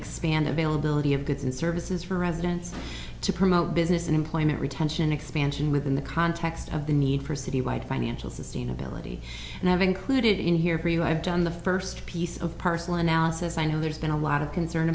expand availability of goods and services for residents to promote business and employment retention expansion within the context of the need for city wide financial sustainability and i've included in here for you i've done the first piece of personal analysis i know there's been a lot of concern